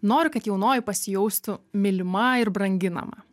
noriu kad jaunoji pasijaustų mylima ir branginama